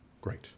great